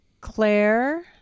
Claire